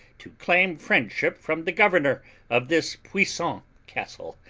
to claim friendship from the governor of this puissant castle,